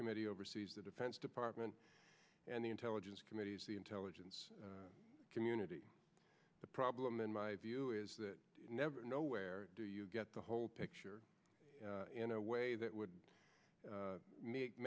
committee oversees the defense department and the intelligence committees the intelligence community the problem in my view is that never know where do you get the whole picture in a way that would